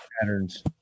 patterns